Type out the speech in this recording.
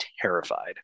terrified